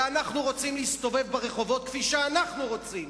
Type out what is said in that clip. ואנחנו רוצים להסתובב ברחובות כפי שאנחנו רוצים,